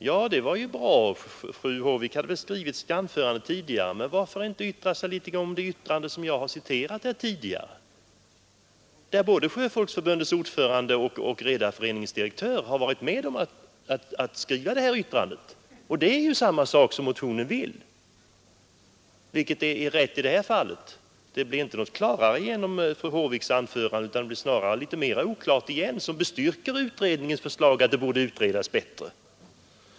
Jag antar att fru Håvik hade skrivit sitt anförande i förväg, och det är ju bra, men varför inte yttra sig om det jag citerade, där både Sjöfolksförbundets ordförande och Redareföreningens direktör varit med om att skriva ett uttalande av samma innebörd som motionerna. Av fru Håviks anförande blir det inte klarare vilket som är rätt i det här fallet. Det blir snarare oklarare igen, och det bestyrker utredningens förslag att detta borde utredas bättre.